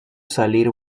salir